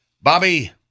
Bobby